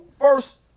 first